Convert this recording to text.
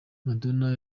madonna